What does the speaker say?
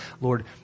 Lord